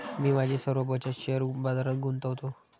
मी माझी सर्व बचत शेअर बाजारात गुंतवतो